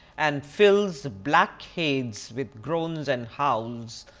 and fills the black hades with groans and howls.